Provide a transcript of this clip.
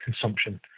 consumption